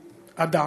אדם,